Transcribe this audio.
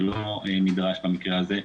זה לא נדרש במקרה הזה.